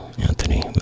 Anthony